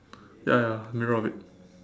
ya ya mirror of it